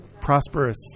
prosperous